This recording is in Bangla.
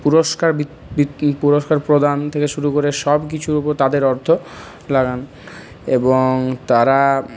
পুরষ্কার পুরষ্কার প্রদান থেকে শুরু করে সবকিছুর উপর তাদের অর্থ লাগান এবং তারা